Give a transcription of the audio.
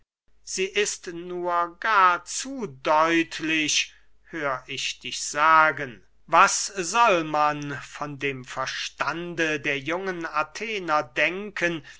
sie ist nur gar zu deutlich hör ich dich sagen was soll man von dem verstande der jungen athener denken